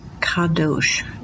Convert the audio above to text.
kadosh